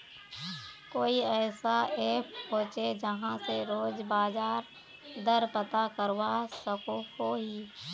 कोई ऐसा ऐप होचे जहा से रोज बाजार दर पता करवा सकोहो ही?